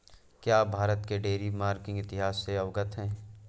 क्या आप भारत के डेयरी फार्मिंग इतिहास से अवगत हैं?